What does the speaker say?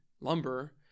lumber